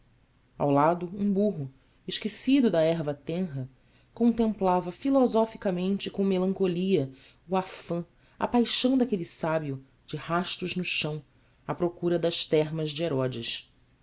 ao lado um burro esquecido da erva tenra contemplava filosoficamente e com melancolia o afã a paixão daquele sábio de rastos no chão à procura das termas de herodes